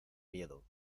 miedo